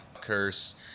curse